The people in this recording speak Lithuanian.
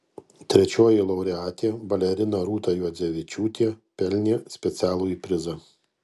trečioji laureatė balerina rūta juodzevičiūtė pelnė specialųjį prizą